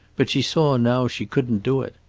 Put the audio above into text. but she saw now she couldn't do it.